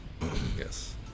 Yes